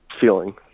feeling